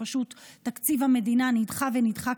פשוט תקציב המדינה נדחה ונדחה,